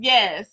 Yes